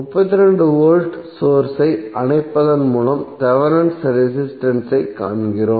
32 volt source ஐ அணைப்பதன் மூலம் தேவெனின் ரெசிஸ்டன்ஸ் ஐக் காண்கிறோம்